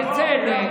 בצדק,